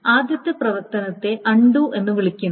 ആദ്യത്തെ പ്രവർത്തനത്തെ അൺണ്ടു എന്ന് വിളിക്കുന്നു